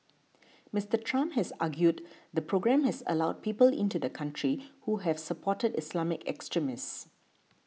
Mister Trump has argued the programme has allowed people into the country who has supported Islamic extremists